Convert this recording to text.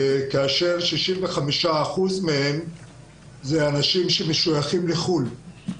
65 אחוזים מהם אלה אנשים שמשויכים לחוץ לארץ,